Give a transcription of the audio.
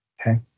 okay